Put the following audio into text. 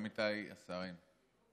עמיתיי השרים,